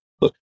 Look